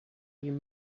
you